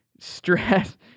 stress